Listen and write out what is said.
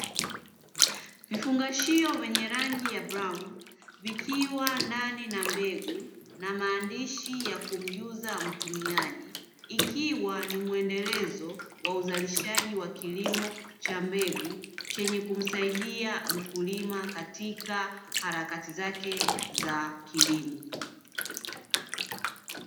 Vifungashio vyenye rangi ya brawni, vikiwa ndani na mbegu, na maandishi ya kumjuza mtumiaji, ikiwa ni mwendelezo wa uzalishaji wa kilimo cha mbegu, chenye kumsaidia mkulima katika harakati zake za kilimo.